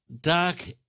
Dark